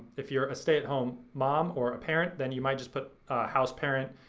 if you're a stay-at-home mom or a parent then you might just put house parent.